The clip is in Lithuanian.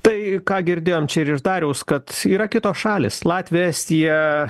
tai ką girdėjom čia ir iš dariaus kad yra kitos šalys latvija estija